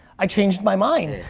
i changed my mind.